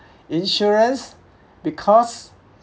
insurance because